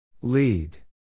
Lead